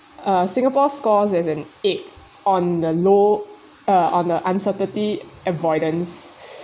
uh singapore scores as an eight on the low uh on the uncertainty avoidance